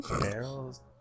Barrels